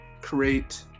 create